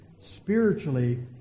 spiritually